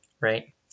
right